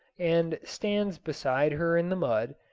and stands beside her in the mud,